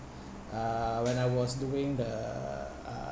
uh when I was doing the uh